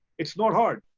it's not hard.